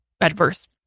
adverse